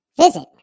Visit